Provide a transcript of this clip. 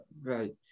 Right